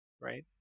right